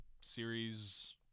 series